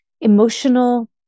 emotional